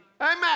Amen